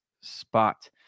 spot